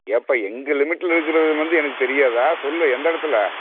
எப்பா எங்கள் லிமிட்டில் இருக்கிறது வந்து எனக்கு தெரியாதா சொல்லு எந்த இடத்துல